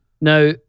Now